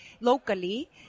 locally